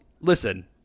listen